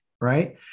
Right